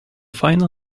final